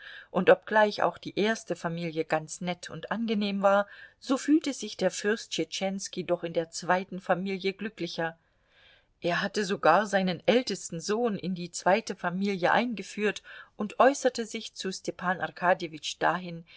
und obgleich auch die erste familie ganz nett und angenehm war so fühlte sich der fürst tschetschenski doch in der zweiten familie glücklicher er hatte sogar seinen ältesten sohn in die zweite familie eingeführt und äußerte sich zu stepan arkadjewitsch dahin